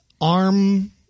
arm